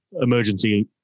emergency